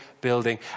building